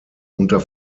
unter